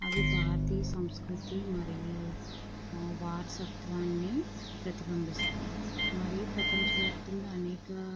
అవి భారతీయ సంస్కృతి మరియు ఆ వారసత్వాన్ని ప్రతిబింబిస్తాయి మరియు ప్రపంచవ్యాప్తంగా అనేక